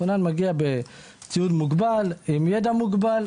כונן מגיע בציוד מוגבל ועם ידע מוגבל,